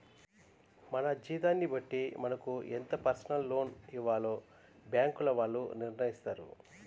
మన జీతాన్ని బట్టి మనకు ఎంత పర్సనల్ లోన్ ఇవ్వాలో బ్యేంకుల వాళ్ళు నిర్ణయిత్తారు